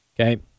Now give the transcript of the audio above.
okay